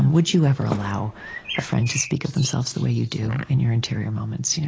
would you ever allow a friend to speak of themselves the way you do in your interior moments? you know